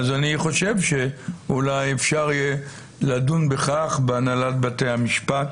אז אני חושב שאולי אפשר יהיה לדון בכך בהנהלת בתי המשפט